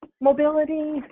Mobility